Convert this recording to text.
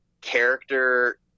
character